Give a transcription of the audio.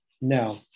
No